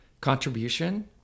contribution